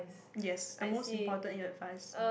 yes the most important in advise